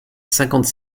cinquante